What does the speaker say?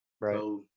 Right